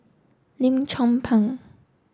Lim Chong Pang